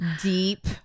deep